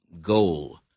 goal